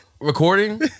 recording